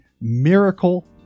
Miracle